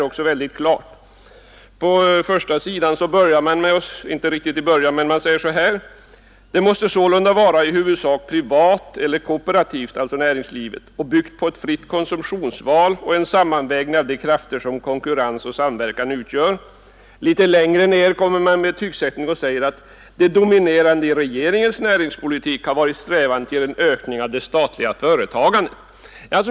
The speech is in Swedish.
På första sidan i motionen står det att näringslivet måste ”vara i huvudsak privat eller kooperativt och bygga på ett fritt konsumtionsval och en sammanvägning av de krafter, som konkurrens och samverkan utgör”. Litet längre ned på samma sida kommer man med en betygsättning och säger att regeringens näringspolitik har dominerats av en strävan till ökning av det statliga företagandet.